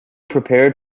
prepared